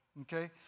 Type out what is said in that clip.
Okay